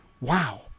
Wow